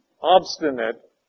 obstinate